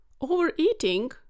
Overeating